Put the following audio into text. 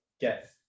get